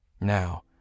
Now